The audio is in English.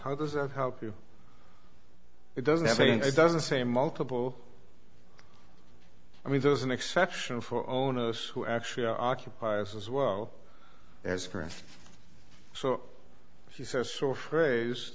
how does that help you it doesn't it doesn't say multiple i mean there's an exception for owners who actually are occupiers as well as her and so she says so phrase